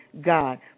God